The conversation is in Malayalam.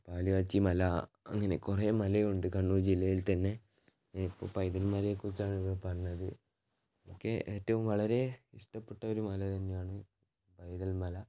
പാല്കാച്ചി മല അങ്ങനെ കുറെ മലയുണ്ട് കണ്ണൂർ ജില്ലയിൽ തന്നെ ഞാനിപ്പോൾ പൈതൽ മലയെക്കുറിച്ചാണ് ഇവിടെ പറഞ്ഞത് ക്കെ ഏറ്റവും വളരെ ഇഷ്ടപ്പെട്ട ഒര് മല തന്നെയാണ് പൈതൽമല